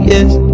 Yes